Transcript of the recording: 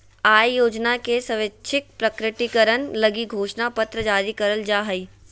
आय योजना के स्वैच्छिक प्रकटीकरण लगी घोषणा पत्र जारी करल जा हइ